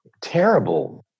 terrible